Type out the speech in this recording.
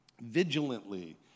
vigilantly